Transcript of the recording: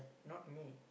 not me